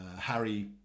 Harry